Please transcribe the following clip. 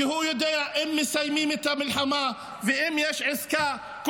כי הוא יודע שאם מסיימים את המלחמה ואם יש עסקה,